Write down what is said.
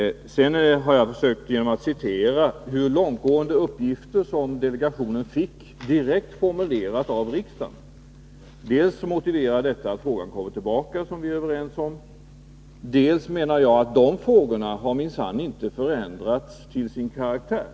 Vidare har jag genom att citera hur långtgående uppgifter delegationen fick direkt formulerade av riksdagen försökt dels motivera varför frågan skulle komma tillbaka, som vi är överens om, dels klargöra att dessa spörsmål minsann inte har förändrats till sin karaktär.